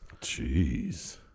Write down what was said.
Jeez